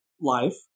life